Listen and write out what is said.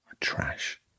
Trash